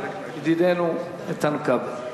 ואחריו ידידנו איתן כבל.